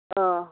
ओह